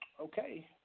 Okay